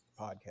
podcast